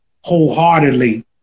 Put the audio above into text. wholeheartedly